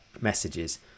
messages